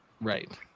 Right